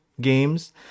games